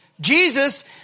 Jesus